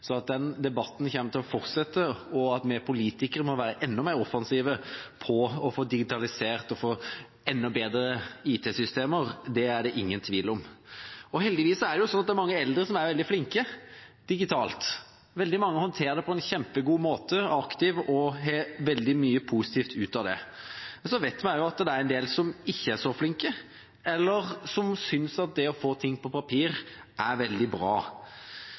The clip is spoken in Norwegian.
Så at denne debatten kommer til å fortsette, og at vi politikere må være enda mer offensive når det gjelder å få digitalisert og få enda bedre IT-systemer, er det ingen tvil om. Heldigvis er det slik at det er mange eldre som er veldig flinke digitalt. Veldig mange håndterer det på en kjempegod måte, er aktive og får veldig mye positivt ut av det. Så vet vi også at det er en del som ikke er så flinke, eller som synes at det å få ting på papir er veldig bra.